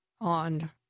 on